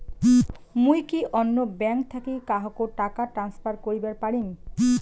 মুই কি অন্য ব্যাঙ্ক থাকি কাহকো টাকা ট্রান্সফার করিবার পারিম?